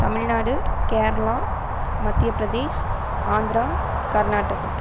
தமிழ்நாடு கேரளா மத்திய பிரதேஷ் ஆந்திரா கர்நாடகா